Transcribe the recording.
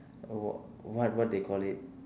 uh what what they call it